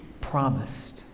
promised